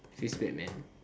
feels bad man